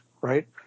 right